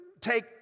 take